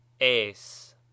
Es